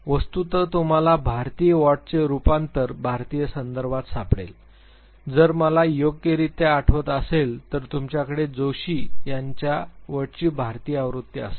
वस्तुतः तुम्हाला भारतीय वॉटचे रूपांतर भारतीय संदर्भात सापडेल जर मला योग्यरित्या आठवत असेल तर तुमच्याकडे जोशी यांच्या डब्ल्यूएटी ची भारतीय आवृत्ती असेल